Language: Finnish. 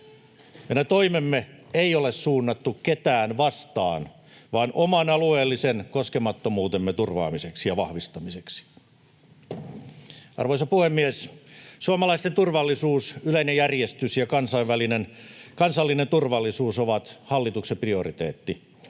Meidän toimemme ei ole suunnattu ketään vastaan, vaan oman alueellisen koskemattomuutemme turvaamiseksi ja vahvistamiseksi. Arvoisa puhemies! Suomalaisten turvallisuus, yleinen järjestys ja kansallinen turvallisuus ovat hallituksen prioriteetti.